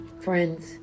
Friends